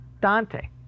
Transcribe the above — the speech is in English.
dante